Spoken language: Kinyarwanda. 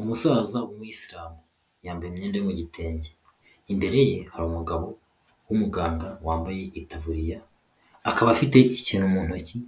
Umusaza umuyisilamu yambaye imyenda yo mu gitenge imbere ye hari umugabo w'umuganga wambaye itaburiya, akaba afite ikintu mu ntoki